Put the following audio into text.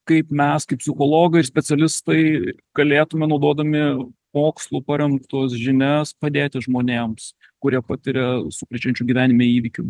kaip mes kaip psichologai ir specialistai galėtume naudodami mokslu paremtos žinias padėti žmonėms kurie patiria sukrečiančių gyvenime įvykių